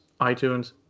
iTunes